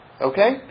Okay